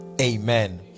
Amen